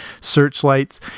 searchlights